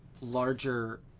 larger